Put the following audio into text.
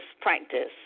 practice